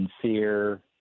sincere